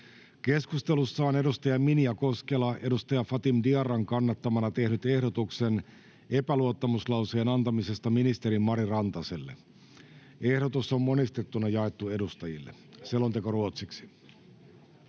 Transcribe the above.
Keskustelussa on edustaja Minja Koskela edustaja Fatim Diarran kannattamana tehnyt ehdotuksen epäluottamuslauseen antamisesta ministeri Mari Rantaselle. Ehdotus on monistettuna jaettu edustajille. (Pöytäkirjan